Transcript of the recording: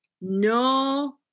no